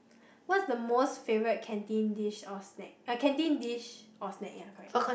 what's the most favourite canteen dish or snack a canteen dish or snack ya correct